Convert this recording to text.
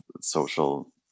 social